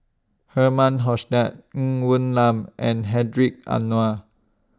Herman Hochstadt Ng Woon Lam and Hedwig Anuar